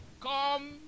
come